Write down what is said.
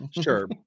sure